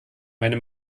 meine